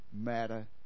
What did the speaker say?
matter